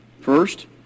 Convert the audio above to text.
First